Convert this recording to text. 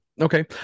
Okay